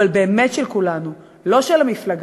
אבל באמת של כולנו, לא של המפלגה,